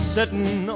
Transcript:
Sitting